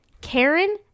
karen